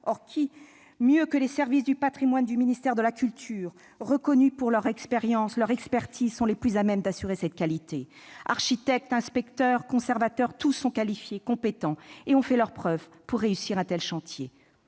Or qui mieux que les services du patrimoine du ministère de la culture, reconnus pour leur expérience et leur expertise, sont-ils à même d'assurer cette qualité ? Architectes, inspecteurs, conservateurs, tous sont qualifiés, compétents et ont fait leurs preuves pour réussir un tel chantier